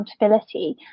accountability